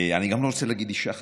אני לא רוצה להגיד אישה חזקה,